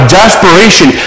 desperation